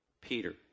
Peter